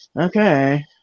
okay